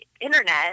internet